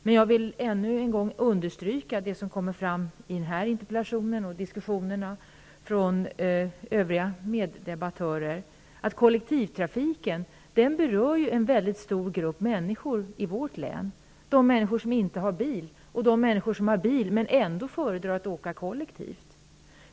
Men jag vill än en gång understryka vad som kommer fram i den här interpellationen och i diskussionerna med de andra debattörerna: att kollektivtrafiken ju berör en mycket stor grupp människor i vårt län, de människor som inte har bil och de som har bil men som ändå föredrar att åka kollektivt.